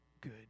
good